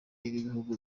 y’ibihugu